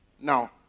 Now